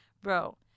Bro